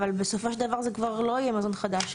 אבל בסופו של דבר זה כבר לא יהיה מזון חדש.